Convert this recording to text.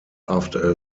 after